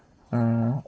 err